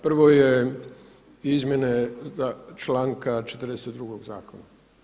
Prvo je izmjene članka 42. zakona.